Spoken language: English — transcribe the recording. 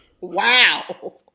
Wow